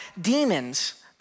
demons